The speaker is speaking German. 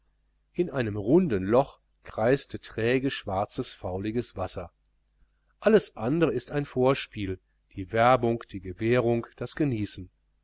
in einem runden loch kreiste träge schwarzes fauliges wasser alles andere ist ein vorspiel die werbung die gewährung das genießen